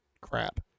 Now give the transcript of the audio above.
crap